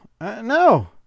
no